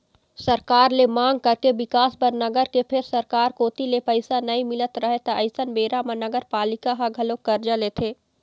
सरकार ले मांग करथे बिकास बर नगर के फेर सरकार कोती ले पइसा नइ मिलत रहय त अइसन बेरा म नगरपालिका ह घलोक करजा लेथे